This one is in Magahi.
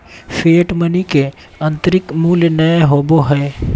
फिएट मनी के आंतरिक मूल्य नय होबो हइ